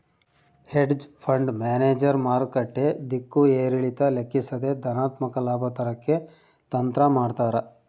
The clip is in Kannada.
ಹೆಡ್ಜ್ ಫಂಡ್ ಮ್ಯಾನೇಜರ್ ಮಾರುಕಟ್ಟೆ ದಿಕ್ಕು ಏರಿಳಿತ ಲೆಕ್ಕಿಸದೆ ಧನಾತ್ಮಕ ಲಾಭ ತರಕ್ಕೆ ತಂತ್ರ ಮಾಡ್ತಾರ